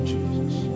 Jesus